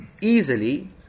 Easily